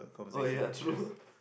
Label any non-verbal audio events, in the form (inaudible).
oh ya true (laughs)